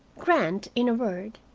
grant, in a word,